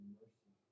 mercy